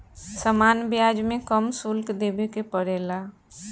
सामान्य ब्याज में कम शुल्क देबे के पड़ेला